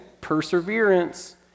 perseverance